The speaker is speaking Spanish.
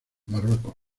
marruecos